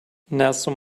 nelson